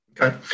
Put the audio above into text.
Okay